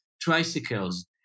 tricycles